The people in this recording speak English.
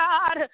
God